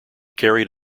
carried